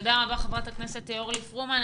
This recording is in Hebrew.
תודה רבה חברת הכנסת אורלי פרומן.